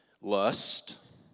Lust